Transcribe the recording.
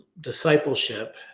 discipleship